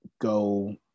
go